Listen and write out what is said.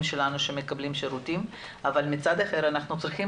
שלנו שמקבלים שירותים אבל מצד אחר אנחנו צריכים